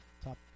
Top